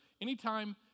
Anytime